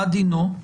מה דינו?